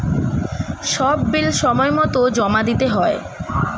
সব বিল সময়মতো জমা দিতে হয়